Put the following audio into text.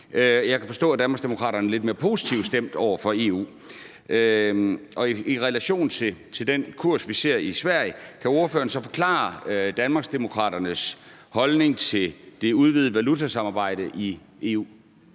Jeg kan forstå, at Danmarksdemokraterne er lidt mere positivt stemt over for EU. I relation til den kurs, vi ser i Sverige, kan ordføreren så forklare Danmarksdemokraternes holdning til det udvidede valutasamarbejde i EU?